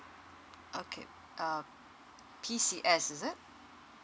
okay err P_C_S is it